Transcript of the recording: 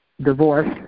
Divorce